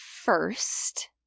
first